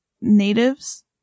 natives